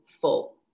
full